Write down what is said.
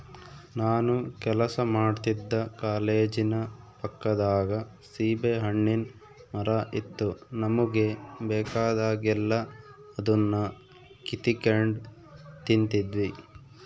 ನಾನು ಕೆಲಸ ಮಾಡ್ತಿದ್ದ ಕಾಲೇಜಿನ ಪಕ್ಕದಾಗ ಸೀಬೆಹಣ್ಣಿನ್ ಮರ ಇತ್ತು ನಮುಗೆ ಬೇಕಾದಾಗೆಲ್ಲ ಅದುನ್ನ ಕಿತಿಗೆಂಡ್ ತಿಂತಿದ್ವಿ